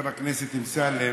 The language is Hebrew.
חבר הכנסת אמסלם,